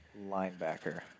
linebacker